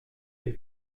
les